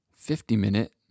50-minute